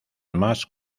más